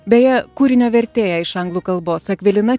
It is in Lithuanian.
beje kūrinio vertėja iš anglų kalbos akvilina